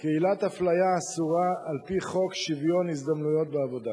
כעילת אפליה אסורה על-פי חוק שוויון ההזדמנויות בעבודה.